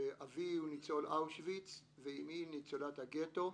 אבי הוא ניצול אושוויץ ואמי ניצולת הגטו.